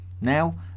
Now